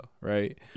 right